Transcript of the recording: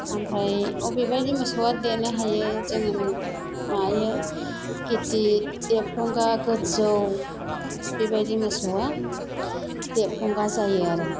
ओमफ्राय बबेबायदि मोसौआ देरनो हायो जोङो मायो गिदिर देरफ्रंगा गोजौ बेबायदि मोसौआ देरफ्रंगा जायो आरो